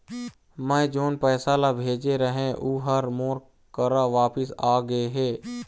मै जोन पैसा ला भेजे रहें, ऊ हर मोर करा वापिस आ गे हे